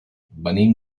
venim